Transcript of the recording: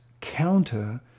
counter